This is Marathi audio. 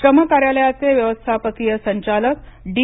श्रम कार्यालयाचे व्यवस्थापकीय संचालक डी